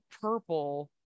purple